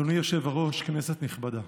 אדוני היושב-ראש, כנסת נכבדה,